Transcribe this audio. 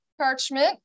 parchment